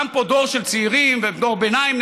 קם פה דור של צעירים ודור ביניים,